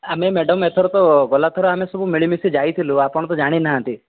ଆମେ ମ୍ୟାଡ଼ାମ ଏଥର ତ ଗଲାଥର ଆମେ ସବୁ ମିଳିମିଶି ଯାଇଥିଲୁ ଆପଣ ତ ଜାଣିନାହାନ୍ତି